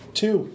two